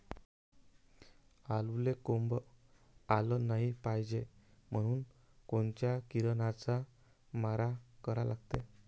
आलूले कोंब आलं नाई पायजे म्हनून कोनच्या किरनाचा मारा करा लागते?